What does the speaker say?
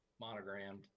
monogrammed